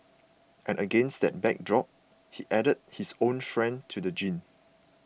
and against that backdrop he has added his own strain to the genre